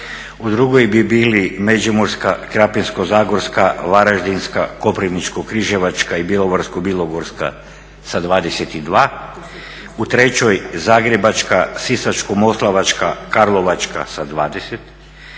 u 2. bi bili Međimurska, Krapinsko-zagorska, Varaždinska, Koprivničko-križevačka i Bjelovarsko-bilogorska sa 22, u 3. Zagrebačka, Sisačko-moslavačka, Karlovačka sa 20,